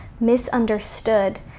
misunderstood